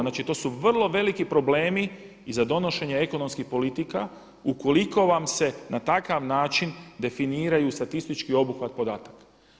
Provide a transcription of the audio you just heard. Znači, to su vrlo veliki problemi i za donošenje ekonomskih politika ukoliko vam se na takav način definiraju statistički obuhvat podataka.